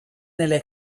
nelle